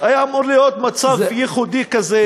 היה אמור להיות מצב ייחודי כזה,